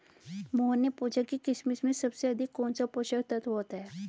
मोहन ने पूछा कि किशमिश में सबसे अधिक कौन सा पोषक तत्व होता है?